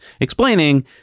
explaining